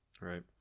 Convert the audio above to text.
Right